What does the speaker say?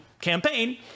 campaign